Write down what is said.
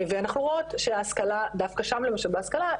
ואנחנו רואות שההשכלה דווקא שם למשל בהשכלה,